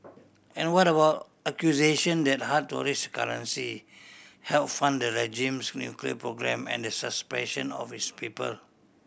and what about accusation that hard tourist currency help fund the regime's nuclear program and the suppression of its people